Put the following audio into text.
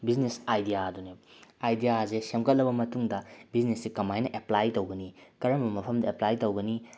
business ꯑꯥꯏꯗꯤꯌꯥꯗꯨꯅꯦꯕ ꯑꯥꯏꯗꯤꯌꯥꯁꯦ ꯁꯦꯝꯒꯠꯂꯕ ꯃꯇꯨꯡꯗ ꯕꯤꯖꯤꯅꯦꯁꯁꯦ ꯀꯃꯥꯏꯅ ꯑꯦꯞꯄ꯭ꯂꯥꯏ ꯇꯧꯒꯅꯤ ꯀꯔꯝꯕ ꯃꯐꯝꯗ ꯑꯦꯞꯄ꯭ꯂꯥꯏ ꯇꯧꯒꯅꯤ